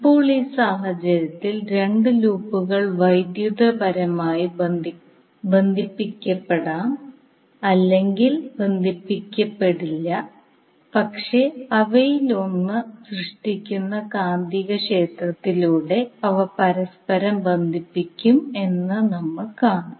ഇപ്പോൾ ഈ സാഹചര്യത്തിൽ രണ്ട് ലൂപ്പുകൾ വൈദ്യുതപരമായി ബന്ധിപ്പിക്കപ്പെടാം അല്ലെങ്കിൽ ബന്ധിപ്പിക്കപ്പെടില്ല പക്ഷേ അവയിലൊന്ന് സൃഷ്ടിക്കുന്ന കാന്തികക്ഷേത്രത്തിലൂടെ അവ പരസ്പരം ബന്ധിപ്പിക്കും എന്ന് നമ്മൾ കാണും